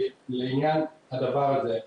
לעניין הדבר הזה,